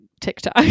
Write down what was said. TikTok